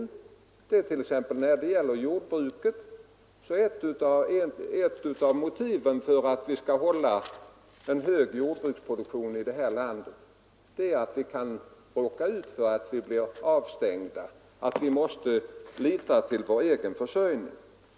När det t.ex. gäller jordbruket är ett av motiven för att hålla en hög jordbruksproduktion här i landet att vi kan bli avstängda och tvingade att tiska synpunkter på energiförsörjningen lita till vår egen försörjning.